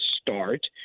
start